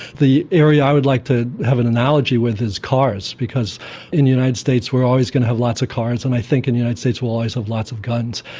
the area i would like to have an analogy with is cars, because in the united states we're always going to have lots of cars and i think in the united states we'll always have lots of guns,